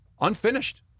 Unfinished